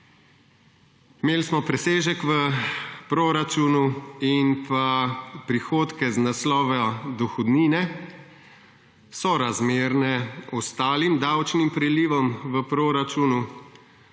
Imeli smo presežek v proračunu in pa prihodke iz naslova dohodnine sorazmerne ostalim davčnim prilivom v proračunu.